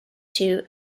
two